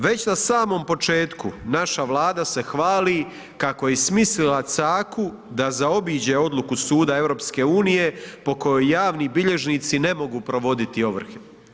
Već na samom početku naša Vlada se hvali kako je smislila caku da zaobiđe odluku Suda EU po kojoj javni bilježnici ne mogu provoditi ovrhe.